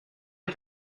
est